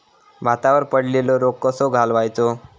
भातावर पडलेलो रोग कसो घालवायचो?